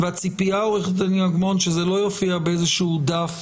והציפייה, עו"ד אגמון, שזה לא יופיע באיזה שהוא דף